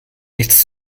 nichts